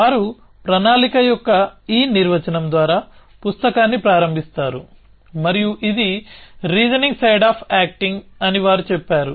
వారు ప్రణాళిక యొక్క ఈ నిర్వచనం ద్వారా పుస్తకాన్ని ప్రారంభిస్తారు మరియు ఇది రీజనింగ్ సైడ్ అఫ్ ఆక్టింగ్ అని వారు చెప్పారు